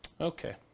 Okay